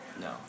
No